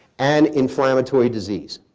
and inflammatory disease.